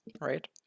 right